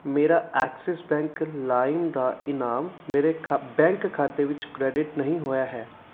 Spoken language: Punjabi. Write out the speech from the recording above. ਮੇਰਾ ਐਕਸਿਸ ਬੈਂਕ ਲਾਇਮ ਦਾ ਇਨਾਮ ਮੇਰੇ ਖਾ ਬੈਂਕ ਖਾਤੇ ਵਿੱਚ ਕ੍ਰੈਡਿਟ ਨਹੀਂ ਹੋਇਆ ਹੈ